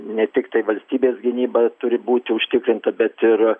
ne tiktai valstybės gynyba turi būti užtikrinta bet ir